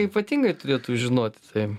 ypatingai turėtų žinoti tai